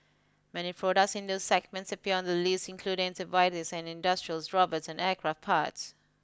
many products in those segments appear on the list including antibiotics and industrials robots and aircraft parts